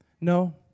No